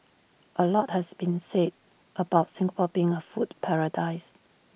A lot has been said about Singapore being A food paradise